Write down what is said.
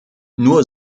nur